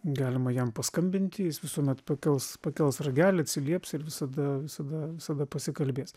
galima jam paskambinti jis visuomet pakels pakels ragelį atsilieps ir visada visada visada pasikalbės